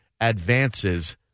advances